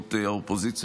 סיעות האופוזיציה,